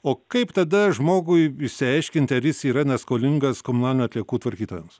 o kaip tada žmogui išsiaiškinti ar jis yra neskolingas komunalinių atliekų tvarkytojams